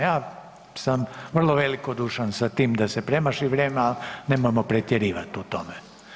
Ja sam vrlo velikodušan sa tim da se premaši vrijeme, ali nemojmo pretjerivati u tome.